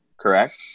correct